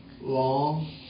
long